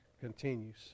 continues